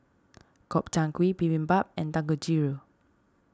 Gobchang Gui Bibimbap and Dangojiru